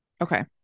Okay